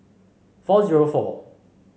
four zero four